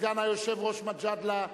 סגן היושב-ראש מג'אדלה,